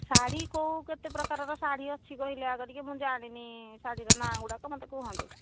ଶାଢ଼ୀ କେଉଁ କେତେ ପ୍ରକାରର ଶାଢ଼ୀ ଅଛି କହିଲେ ଆଗ ଟିକିଏ ମୁଁ ଜାଣିନି ସାଢ଼ୀର ନାଁଗୁଡ଼ାକ ମୋତେ କୁହନ୍ତୁ